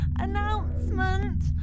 announcement